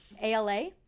ALA